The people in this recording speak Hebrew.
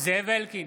זאב אלקין,